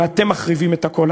ואתם מחריבים את הכול.